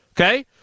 Okay